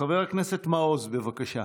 חבר הכנסת מעוז, בבקשה.